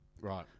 Right